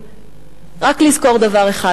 לסיום, רק לזכור דבר אחד.